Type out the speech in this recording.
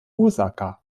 osaka